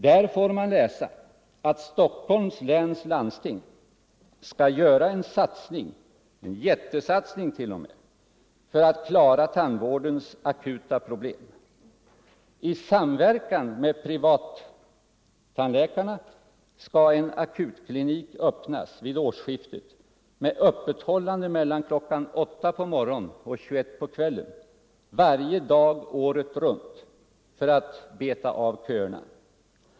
Där får man se att Stockholms läns landsting skall göra en jättesatsning för att klara tandvårdens akuta problem. I samverkan med privattandläkarna skall en akutklinik startas vid årsskiftet med öppethållande varje dag året runt mellan kl. 8.00 och 21.00 för att beta av köerna.